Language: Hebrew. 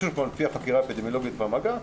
לפי החקירה האפידמיולוגית והמגע.